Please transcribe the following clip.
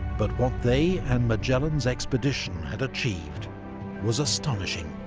but what they and magellan's expedition had achieved was astonishing.